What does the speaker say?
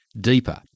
deeper